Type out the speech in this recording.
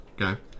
Okay